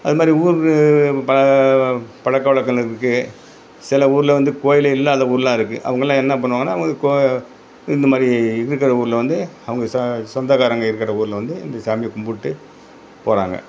அது மாதிரி ஊர் பா பழக்க வழக்கங்கள் இருக்குது சில ஊரில் வந்து கோயில் இல்லாத ஊருலாம் இருக்குது அவங்களாம் என்ன பண்ணுவாங்கன்னா கோ இந்த மாதிரி இருக்கிற ஊரில் வந்து அவங்க சோ சொந்தகாரங்க இருக்கிற ஊரில் வந்து இந்த சாமியை கும்பிட்டு போகிறாங்க